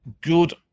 good